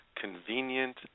convenient